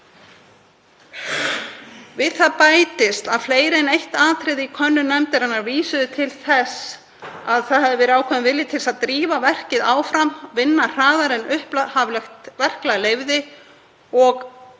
Við það bætist að fleiri en eitt atriði í könnun nefndarinnar vísuðu til þess að það hefði verið ákveðinn vilji til þess að drífa verkið áfram, vinna hraðar en upphaflegt verklag leyfði. Staðfest